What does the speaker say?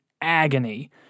agony